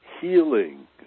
healing